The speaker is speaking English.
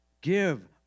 give